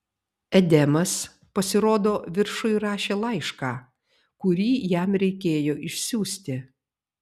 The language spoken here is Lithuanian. edemas pasirodo viršuj rašė laišką kurį jam reikėjo išsiųsti